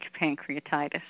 pancreatitis